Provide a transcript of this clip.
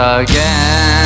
again